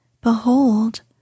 Behold